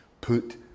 put